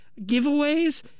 giveaways